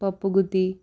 పప్పుగుత్తి